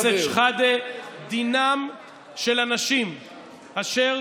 חבר הכנסת שחאדה, דינם של אנשים אשר